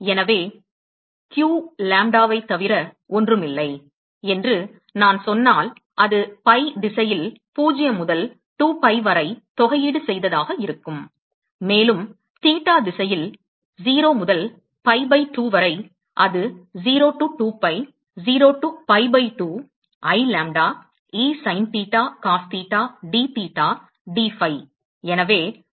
எனவே எனவே q lambda வைத்தவிர ஒன்றும் இல்லை என்று நான் சொன்னால் அது pi திசையில் 0 முதல் 2 pi வரை தொகையீடு செய்ததாக இருக்கும் மேலும் தீட்டா திசையில் 0 முதல் pi பை 2 வரை அது 0 to 2 pi 0 to pi pi 2 I lambdae sin theta cos theta dtheta dphi